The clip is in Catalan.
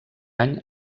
any